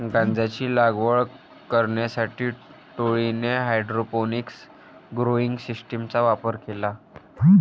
गांजाची लागवड करण्यासाठी टोळीने हायड्रोपोनिक्स ग्रोइंग सिस्टीमचा वापर केला